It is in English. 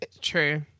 True